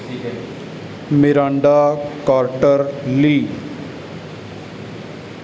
ਮੇਰਾਂਡਾ ਕਾਰਟਰਲੀ